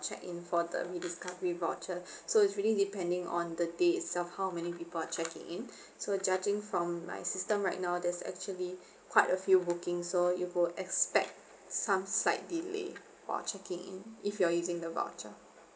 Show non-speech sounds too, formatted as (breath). check in for the rediscovery voucher (breath) so it's really depending on the day itself how many people are checking in (breath) so judging from my system right now there's actually (breath) quite a few booking so you will expect some slight delay for checking in if you're using the voucher